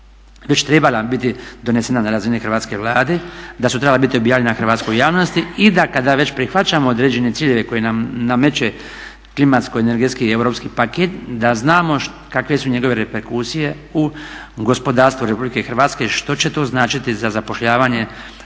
već trebala biti donesena na razini hrvatske Vlade, da su trebala biti objavljena hrvatskoj javnosti i da kada već prihvaćamo određene ciljeve koje nam nameće klimatsko-energetski i europski paket da znamo kakve su njegove reperkusije u gospodarstvu Republike Hrvatske i što će to značiti za zapošljavanje, za